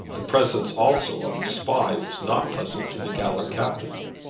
the presence also of the spy was not pleasant to the gallant captain.